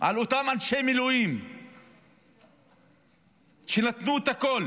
על אותם אנשי מילואים שנתנו את הכול